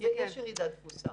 יש ירידת תפוסה.